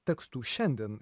tekstų šiandien